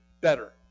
better